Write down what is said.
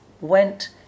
went